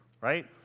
right